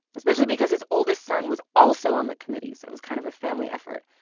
especially because his oldest son was also on the committee so it was kind of a family effort,